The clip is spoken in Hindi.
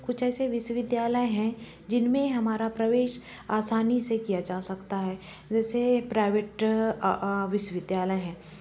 कुछ ऐसे विश्वविद्यालय हैं जिनमें हमारा प्रवेश आसानी से किया जा सकता है जैसे प्राइवेट विश्वविद्यालय है